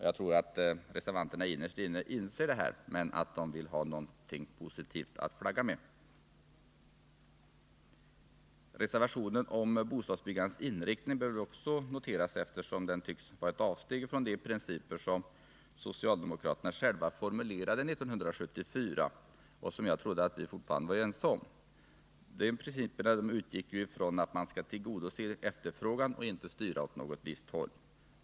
Jag tror att reservanterna innerst inne inser detta men att de vill ha någonting positivt att flagga med. Reservationen om bostadsbyggandets inriktning bör väl också noteras, eftersom den tycks vara ett avsteg från de principer som socialdemokraterna själva formulerade år 1974 och som jag trodde att vi fortfarande var ense om. De principerna utgick från att man skall tillgodose efterfrågan och inte styra åt något visst håll.